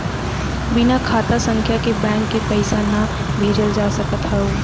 बिना खाता संख्या के बैंक के पईसा ना भेजल जा सकत हअ